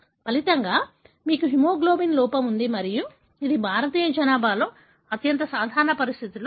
ఫలితంగా మీకు హిమోగ్లోబిన్ లోపం ఉంది మరియు ఇది భారతీయ జనాభాలో అత్యంత సాధారణ పరిస్థితులలో ఒకటి